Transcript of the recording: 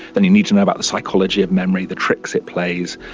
then you need to know about the psychology of memory, the tricks it plays.